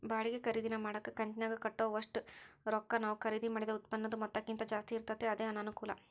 ಬಾಡಿಗೆ ಖರೀದಿನ ಮಾಡಕ ಕಂತಿನಾಗ ಕಟ್ಟೋ ಒಷ್ಟು ರೊಕ್ಕ ನಾವು ಖರೀದಿ ಮಾಡಿದ ಉತ್ಪನ್ನುದ ಮೊತ್ತಕ್ಕಿಂತ ಜಾಸ್ತಿ ಇರ್ತತೆ ಅದೇ ಅನಾನುಕೂಲ